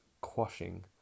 quashing